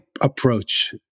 approach